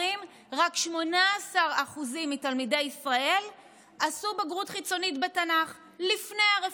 רק 18% מתלמידי ישראל עשו בגרות חיצונית בתנ"ך לפני הרפורמה שלי.